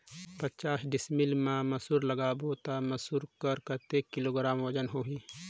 पचास डिसमिल मा मसुर लगाबो ता मसुर कर कतेक किलोग्राम वजन होही?